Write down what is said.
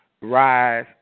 rise